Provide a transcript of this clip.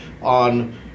on